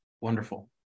wonderful